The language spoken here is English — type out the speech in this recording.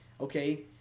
Okay